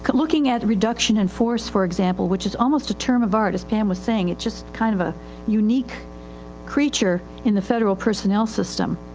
but looking at reduction in force for example, which is almost a term of art, as pam was saying. itis just kind of a unique creature in the federal personnel system.